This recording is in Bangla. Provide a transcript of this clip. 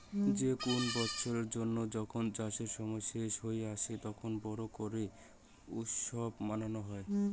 যে কুন বৎসরের জন্য যখন চাষের সময় শেষ হই আসে, তখন বড় করে উৎসব মানানো হই